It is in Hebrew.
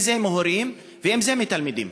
אם מהורים ואם מתלמידים?